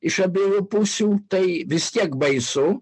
iš abiejų pusių tai vis tiek baisu